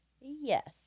Yes